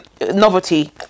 novelty